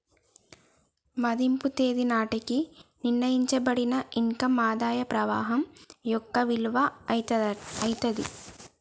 మదింపు తేదీ నాటికి నిర్ణయించబడిన ఇన్ కమ్ ఆదాయ ప్రవాహం యొక్క విలువ అయితాది